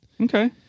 Okay